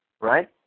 right